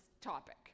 topic